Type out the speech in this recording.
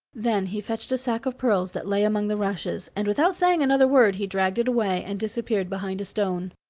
then he fetched a sack of pearls that lay among the rushes, and without saying another word he dragged it away and disappeared behind a stone.